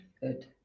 good